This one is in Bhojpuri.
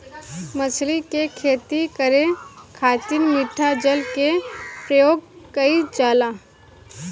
मछली के खेती करे खातिर मिठा जल के प्रयोग कईल जाला